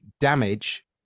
damage